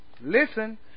Listen